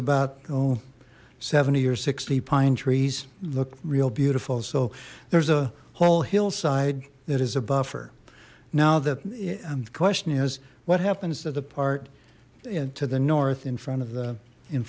about seventy or sixty pine trees look real beautiful so there's a whole hillside that is a buffer now that question is what happens to the part to the north in front of the in